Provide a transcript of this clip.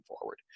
forward